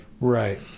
Right